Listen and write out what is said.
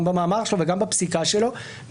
גם במאמר שלו וגם בפסיקה שלו,